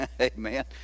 Amen